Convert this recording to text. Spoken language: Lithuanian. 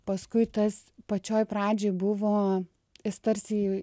paskui tas pačioj pradžioj buvo jis tarsi